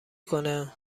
کنه